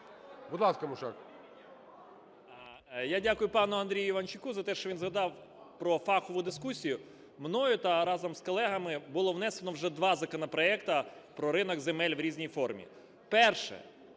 Будь ласка, Мушак.